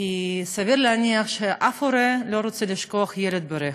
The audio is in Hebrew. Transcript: כי סביר להניח שאף הורה לא רוצה לשכוח ילד ברכב,